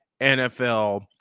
NFL